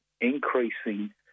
increasing